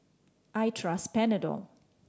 I trust Panadol